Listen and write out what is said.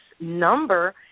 number